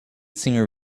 singer